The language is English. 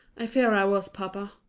i fear i was, papa.